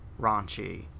raunchy